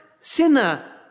sinner